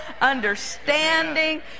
understanding